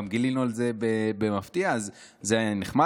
גם גילינו על זה במפתיע, אז זה היה נחמד.